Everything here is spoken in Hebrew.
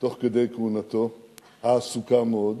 תוך כדי כהונתו העסוקה מאוד.